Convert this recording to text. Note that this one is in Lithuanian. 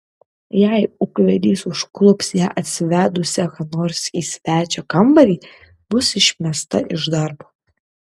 jei ūkvedys užklups ją atsivedusią ką nors į svečio kambarį bus išmesta iš darbo